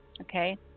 okay